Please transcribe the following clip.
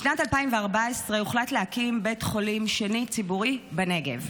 בשנת 2014 הוחלט להקים בית חולים שני ציבורי בנגב.